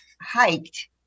hiked